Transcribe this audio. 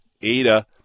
ada